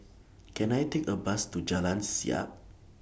Can I Take A Bus to Jalan Siap